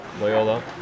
Loyola